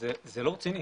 זה לא רציני.